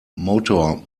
motor